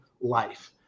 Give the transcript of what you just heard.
life